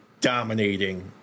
dominating